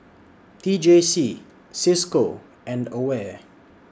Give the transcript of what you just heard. T J C CISCO and AWARE